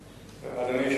אדוני.